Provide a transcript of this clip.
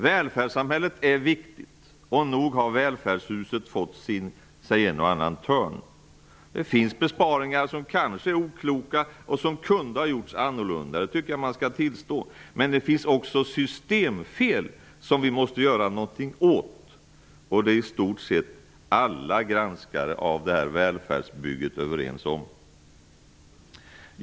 Välfärdssamhället är viktigt, och nog har välfärdshuset fått sig en och annan törn. Det finns besparingar som kanske är okloka och som kunde ha gjorts annorlunda, det tycker jag att man skall tillstå. Men det finns också systemfel som vi måste göra någonting åt, och det är i stort sett alla granskare av välfärdsbygget överens om.